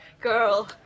girl